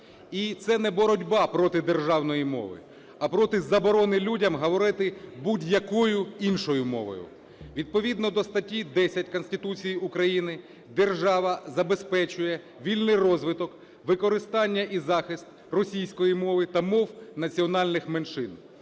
і це не боротьба проти державної мови, а проти заборони людям говорити будь-якою іншою мовою. Відповідно до статті 10 Конституції України держава забезпечує вільний розвиток, використання і захист російської мови та мов національних меншин.